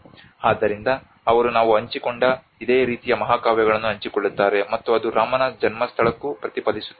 ಆದ್ದರಿಂದ ಅವರು ನಾವು ಹಂಚಿಕೊಂಡ ಇದೇ ರೀತಿಯ ಮಹಾಕಾವ್ಯಗಳನ್ನು ಹಂಚಿಕೊಳ್ಳುತ್ತಾರೆ ಮತ್ತು ಅದು ರಾಮನ ಜನ್ಮಸ್ಥಳಕ್ಕೂ ಪ್ರತಿಫಲಿಸುತ್ತದೆ